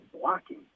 blocking